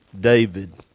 David